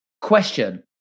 question